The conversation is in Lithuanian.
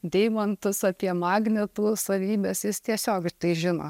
deimantus apie magnetų savybes jis tiesiog tai žino